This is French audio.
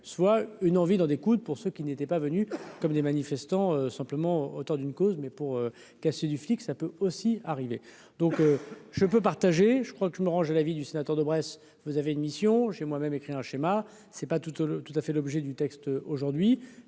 soit une envie d'en découdre pour ceux qui n'étaient pas venus comme des manifestants simplement autour d'une cause mais pour casser du flic, ça peut aussi arriver, donc je peux partager, je crois que je me range à l'avis du sénateur de Bresse, vous avez une mission, j'ai moi-même écrit un schéma c'est pas toutes tout à fait l'objet du texte aujourd'hui,